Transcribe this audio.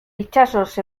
itsasoz